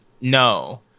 No